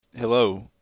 Hello